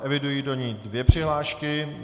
Eviduji do ní dvě přihlášky.